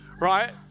right